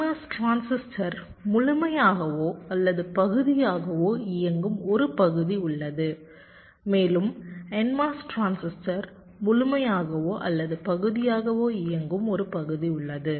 PMOS transistor முழுமையாகவோ அல்லது பகுதியாகவோ இயங்கும் ஒரு பகுதி உள்ளது மேலும் NMOS டிரான்சிஸ்டர் முழுமையாகவோ அல்லது பகுதியாகவோ இயங்கும் ஒரு பகுதி உள்ளது